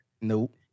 Nope